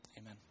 Amen